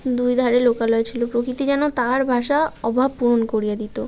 দুই ধারে লোকালয় ছিলো প্রকৃতি যেন তার ভাষা অভাব পূরণ করিয়া দিতো